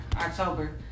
October